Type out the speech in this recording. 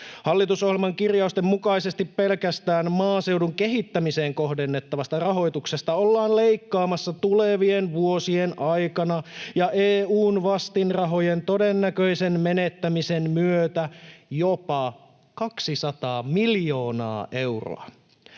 Hallitusohjelman kirjausten mukaisesti pelkästään maaseudun kehittämiseen kohdennettavasta rahoituksesta ollaan leikkaamassa tulevien vuosien aikana ja EU:n vastinrahojen todennäköisen menettämisen myötä jopa 200 miljoonaa euroa.